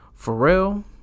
Pharrell